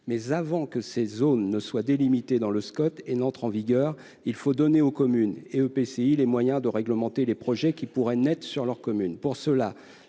avant que ces zones ne soient délimitées dans le Scot et n'entrent en vigueur, il faut donner aux communes et aux EPCI les moyens de réglementer les projets qui pourraient naître sur leur